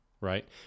Right